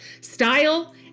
style